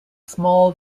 small